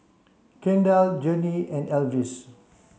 Kendal Journey and Elvis